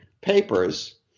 papers